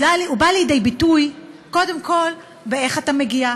הוא בא לידי ביטוי קודם כול באיך אתה מגיע,